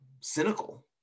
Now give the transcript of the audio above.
cynical